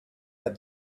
that